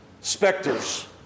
specters